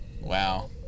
wow